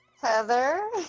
Heather